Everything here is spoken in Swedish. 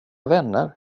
vänner